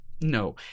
No